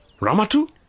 Ramatu